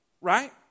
Right